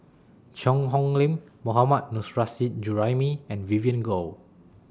Cheang Hong Lim Mohammad Nurrasyid Juraimi and Vivien Goh